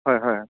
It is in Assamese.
হয় হয়